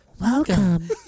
Welcome